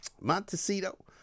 Montecito